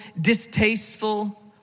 distasteful